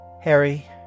Harry